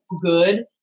good